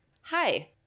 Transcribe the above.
Hi